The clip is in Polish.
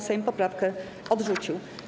Sejm poprawkę odrzucił.